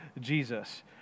Jesus